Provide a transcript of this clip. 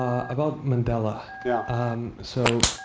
about mandela, yeah um so